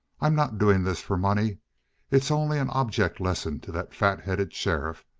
i'm not doing this for money it's only an object lesson to that fat-headed sheriff.